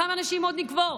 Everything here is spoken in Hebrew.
כמה נשים עוד נקבור?